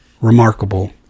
remarkable